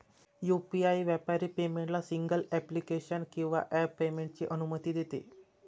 UPI व्यापारी पेमेंटला single application किंवा ॲप पेमेंटची अनुमती देते